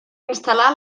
instal·lar